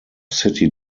city